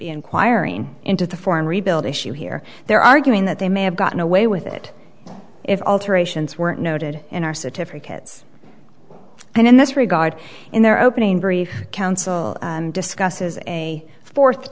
inquiring into the foreign rebuild issue here they're arguing that they may have gotten away with it if alterations weren't noted in our certificates and in this regard in their opening brief council discusses a fourth